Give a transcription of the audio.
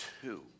Two